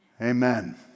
Amen